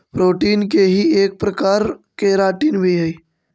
protein के ही एक प्रकार केराटिन भी हई